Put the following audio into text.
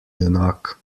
junak